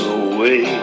away